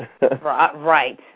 Right